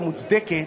המוצדקת